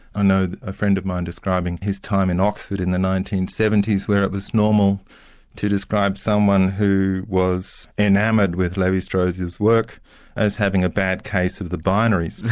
ah know that a friend of mine describing his time in oxford in the nineteen seventy s where it was normal to describe someone who was enamoured with levi-strauss's work as having a bad case of the binaries.